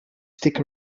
stick